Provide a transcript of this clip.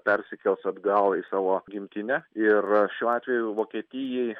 persikels atgal į savo gimtinę ir šiuo atveju vokietijai